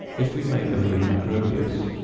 if we may believe macrobious,